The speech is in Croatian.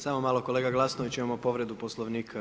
Samo malo kolega Glasnović, imamo povredu Poslovnika.